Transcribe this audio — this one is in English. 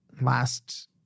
last